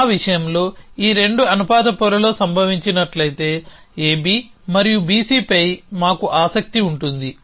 మా విషయంలో ఈ రెండు అనుపాత పొరలో సంభవించినట్లయితే AB మరియు BC పై మాకు ఆసక్తి ఉంటుంది